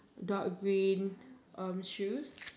dark green um shoes